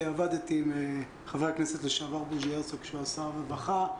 עבדתי עם חבר הכנסת לשעבר בוז'י הרצוג כשהוא היה שר הרווחה,